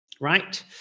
right